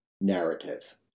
narrative